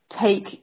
take